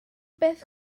beth